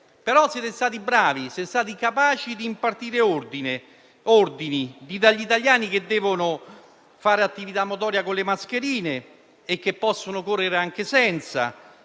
comunque stati bravi e capaci di impartire ordini. Dite agli italiani che devono fare attività motoria con le mascherine e che possono correre anche senza;